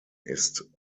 ist